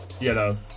yellow